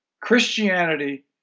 Christianity